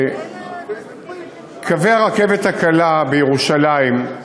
קווי הרכבת הקלה בירושלים,